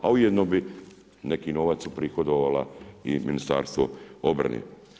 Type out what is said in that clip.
A ujedno bi neki novac uprihodovala i Ministarstvo obrane.